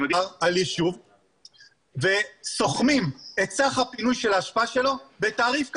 --- וסוכמים את סך הפינוי של האשפה שלו בתעריף קבוע.